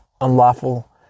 unlawful